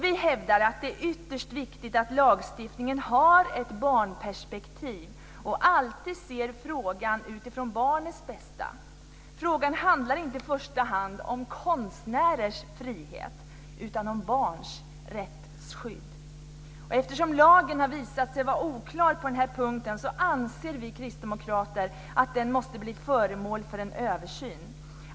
Vi hävdar att det är ytterst viktigt att lagstiftningen har ett barnperspektiv och att den alltid ser på frågan utifrån barnets bästa. Frågan handlar inte i första hand om konstnärers frihet utan om barns rättsskydd. Eftersom lagen har visat sig vara oklar på denna punkt anser vi kristdemokrater att den måste bli föremål för en översyn.